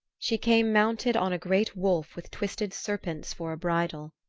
she came mounted on a great wolf with twisted serpents for a bridle.